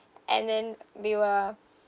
and then we were